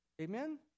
Amen